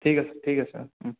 ঠিক আছে ঠিক আছে